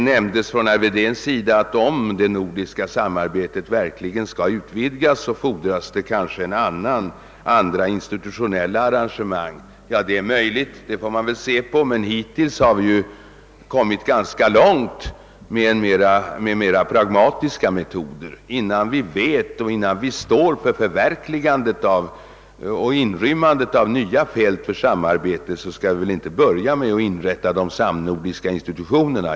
Herr Wedén nämnde att om det nordiska samarbetet verkligen skall utvidgas, fordras det andra institutionella arrangemang än nu. Det är möjligt; den saken får vi undersöka. Men hittills har vi kommit ganska långt med mer pragmatiska metoder. Innan vi vet något och innan vi står inför förverkligandet av och inrymmandet av nya fält i samarbetet, skall vi väl inte börja med att inrätta nya samnordiska institutioner.